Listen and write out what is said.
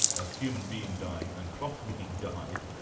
a human being dying, and cloth being dyed.